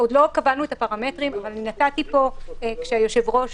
עוד לא קבענו את הפרמטרים אבל נתתי פה כאשר היושב-ראש